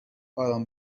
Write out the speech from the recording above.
آرام